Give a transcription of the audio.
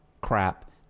crap